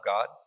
God